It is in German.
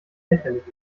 lächerlich